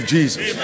Jesus